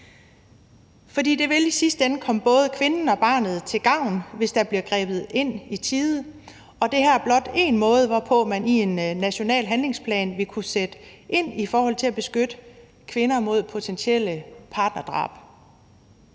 frugt. Det vil i sidste ende gavne både kvinden og barnet, hvis der bliver grebet ind i tide, og det her er blot én måde, hvorpå man i en national handlingsplan ville kunne sætte ind i forhold til at beskytte kvinder mod potentielle partnerdrab.